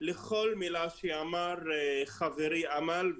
לכל מילה שאמר חברי, אמל.